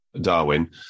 Darwin